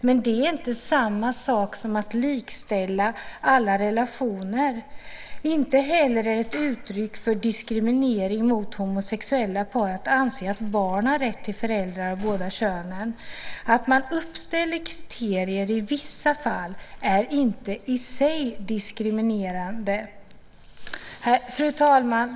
Men det är inte samma sak som att likställa alla relationer. Inte heller är det ett uttryck för diskriminering mot homosexuella par att anse att barn har rätt till föräldrar av båda könen. Att man uppställer kriterier i vissa fall är i sig inte diskriminerande. Fru talman!